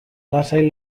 lasai